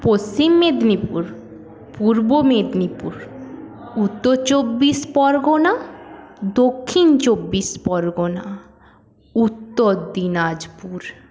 Paschim Medinipur Purba Medinipur Uttar Chabbish Pargana Dakshin Chabbish Pargana Uttar Dinajpur